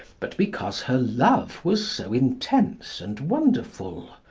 but because her love was so intense and wonderful.